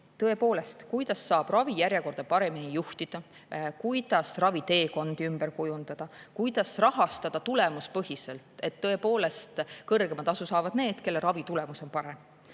Tõepoolest, kuidas saab ravijärjekordi paremini juhtida, kuidas raviteekondi ümber kujundada? Kuidas rahastada tulemuspõhiselt, et tõepoolest kõrgema tasu saavad need, kelle ravitulemus on parem?